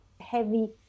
heavy